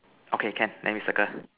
okay can then we circle